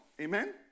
amen